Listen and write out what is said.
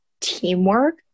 teamwork